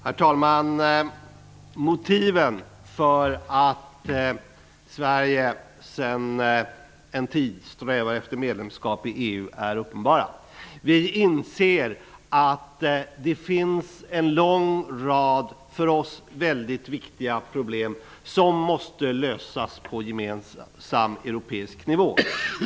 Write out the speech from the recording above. Herr talman! Motiven för att Sverige sedan en tid strävar efter medlemskap i EU är uppenbara. Vi inser att det finns en lång rad för oss väldigt viktiga problem som måste lösas på gemensam europeisk nivå.